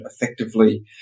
effectively